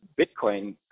Bitcoin